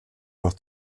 noch